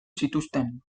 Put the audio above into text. zituzten